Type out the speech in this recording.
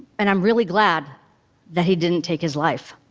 and i'm really glad that he didn't take his life.